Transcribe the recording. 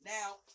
Now